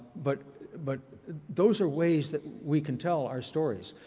but but those are ways that we can tell our stories.